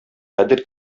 кадер